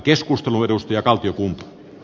arvoisa herra puhemies